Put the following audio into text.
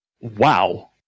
Wow